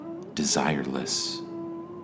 desireless